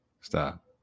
Stop